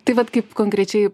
tai vat kaip konkrečiai